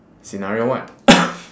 scenario one